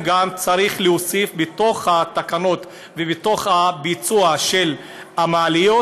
צריך גם להוסיף בתקנות ובביצוע של המעליות